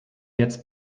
jetzt